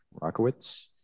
Rockowitz